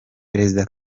perezida